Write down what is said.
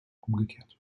umgekehrt